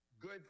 good